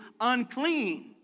unclean